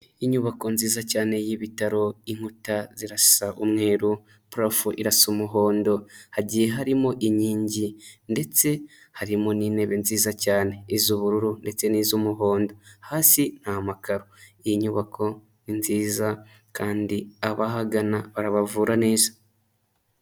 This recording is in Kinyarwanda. Inyubako nziza cyane y'ibitaro, inkuta zirasa umweru, parafo irasa umuhondo, hagiye harimo inkingi ndetse harimo n'intebe nziza cyane, iz'ubururu ndetse n'iz'umuhondo, hasi nta makaro, iyi nyubako ni nziza kandi abahagana barabavura neza.